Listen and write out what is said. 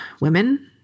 women